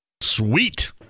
Sweet